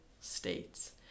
states